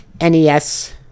NES